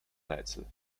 rätsel